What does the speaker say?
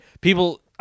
people